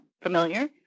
familiar